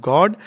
God